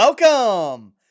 Welcome